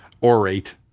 orate